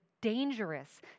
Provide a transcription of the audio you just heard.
dangerous